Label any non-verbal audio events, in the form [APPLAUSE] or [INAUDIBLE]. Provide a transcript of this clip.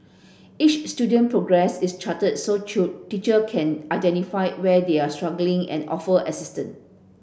each student progress is charted so [UNINTELLIGIBLE] teacher can identify where they are struggling and offer assistance